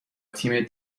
تیم